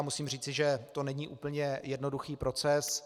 Musím říci, že to není úplně jednoduchý proces.